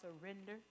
surrender